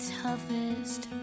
toughest